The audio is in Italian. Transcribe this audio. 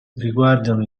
riguardano